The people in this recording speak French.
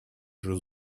jeux